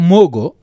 Mogo